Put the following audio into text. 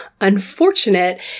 unfortunate